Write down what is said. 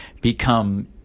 become